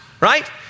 right